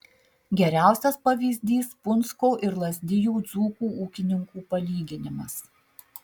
geriausias pavyzdys punsko ir lazdijų dzūkų ūkininkų palyginimas